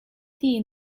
tea